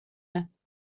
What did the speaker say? است